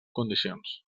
condicions